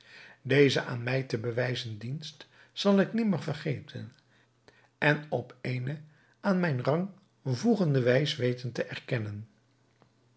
deze aan mij te bewijzen dienst zal ik nimmer vergeten en op eene aan mijn rang voegende wijs weten te erkennen